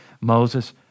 Moses